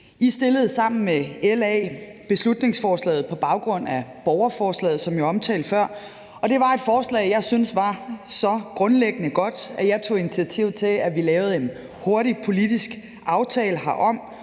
I fremsatte sammen med LA beslutningsforslaget på baggrund af borgerforslaget, som jeg omtalte før, og det var et forslag, jeg synes var så grundlæggende godt, at jeg tog initiativ til, at vi lavede en hurtig politisk aftale herom,